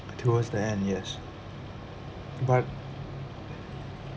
towards the end yes but